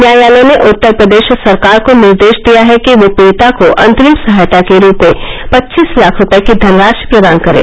न्यायालय ने उत्तर प्रदेश सरकार को निर्देश दिया है कि वह पीड़िता को अंतरिम सहायता के रूप में पचीस लाख रूपये की धनराशि प्रदान करे